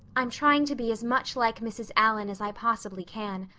i'm trying to be as much like mrs. allan as i possibly can,